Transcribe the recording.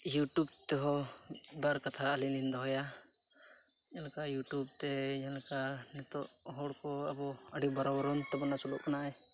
YouTube ᱛᱮᱦᱚᱸ ᱢᱤᱫ ᱵᱟᱨ ᱠᱟᱛᱷᱟ ᱟᱞᱤᱧ ᱞᱤᱧ ᱫᱚᱦᱚᱭᱟ ᱡᱮᱞᱮᱠᱟ ᱤᱭᱩᱴᱩᱵᱽ ᱛᱮ ᱡᱟᱦᱟᱸ ᱞᱮᱠᱟ ᱱᱤᱛᱚᱜ ᱦᱚᱲ ᱠᱚ ᱟᱵᱚ ᱟᱹᱰᱤ ᱵᱟᱨᱚ ᱵᱚᱨᱚᱱ ᱛᱮᱵᱚᱱ ᱟᱹᱥᱩᱞᱚᱜ ᱠᱟᱱᱟ